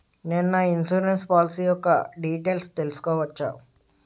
నేను నా insurance policy యెక్క డీటైల్స్ తెల్సుకోవచ్చా?